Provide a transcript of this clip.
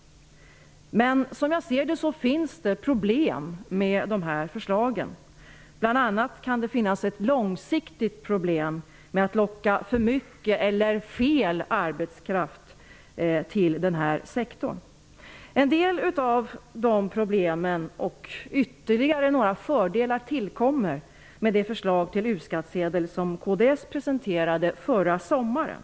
Men som jag ser saken finns det problem med de här förslagen. Bl.a. kan det finnas ett långsiktigt problem i att för mycket eller fel arbetskraft lockas till den här sektorn. En del sådana problem och ytterligare några fördelar tillkommer med det förslag till U skattsedel som kds presenterade förra sommaren.